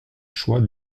choix